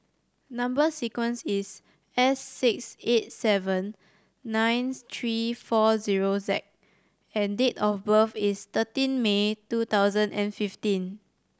number sequence is S six eight seven nine three four zero Z and date of birth is thirteen May two thousand and fifteen